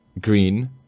green